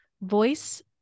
Voice